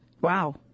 Wow